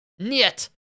nyet